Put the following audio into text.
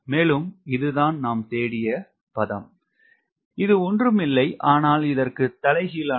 மேலும் இது தான் நாம் தேடிய பதம் இது ஒன்றும் இல்லை ஆனால் இதற்கு தலைகீழானது